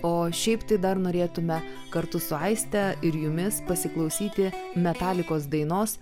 o šiaip tai dar norėtume kartu su aiste ir jumis pasiklausyti metalikos dainos